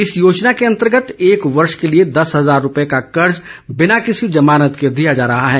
इस योजना के अंतर्गत एक वर्ष के लिए दस हजार रूपये का कर्ज बिना किसी जमानत के दिया जा रहा है